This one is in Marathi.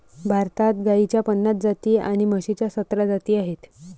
भारतात गाईच्या पन्नास जाती आणि म्हशीच्या सतरा जाती आहेत